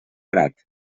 grat